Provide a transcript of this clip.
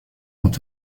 ont